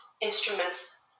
instruments